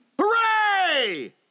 Hooray